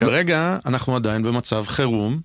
כרגע, אנחנו עדיין במצב חירום.